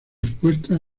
expuestas